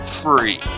free